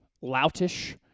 loutish